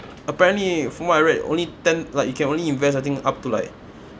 apparently from what I read only ten like you can only invest I think up to like